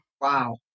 wow